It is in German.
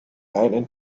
eigenen